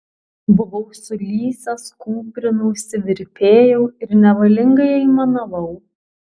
buvau sulysęs kūprinausi virpėjau ir nevalingai aimanavau